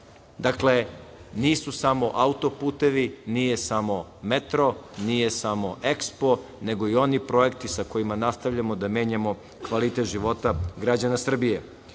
nisu samo autoputevi, nije samo metro, nije samo EKSPO, nego i oni projekti sa kojima nastavljamo da menjamo kvalitet života građana Srbije. Šest